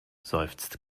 seufzt